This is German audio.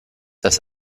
das